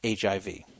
HIV